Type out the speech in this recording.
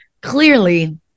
clearly